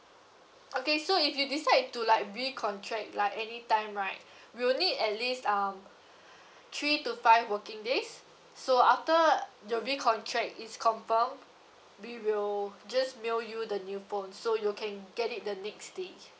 okay so if you decide to like recontract like any time right we will need at least um three to five working days so after your recontract is confirmed we will just mail you the new phone so you can get it the next day